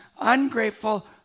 ungrateful